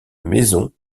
maison